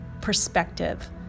perspective